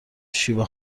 شیوا